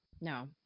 No